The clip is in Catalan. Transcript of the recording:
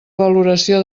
valoració